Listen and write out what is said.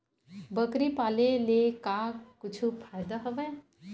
बकरी पाले ले का कुछु फ़ायदा हवय?